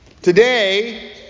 Today